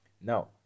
Now